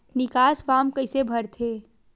निकास फारम कइसे भरथे?